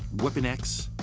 weapon x,